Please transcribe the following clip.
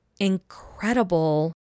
incredible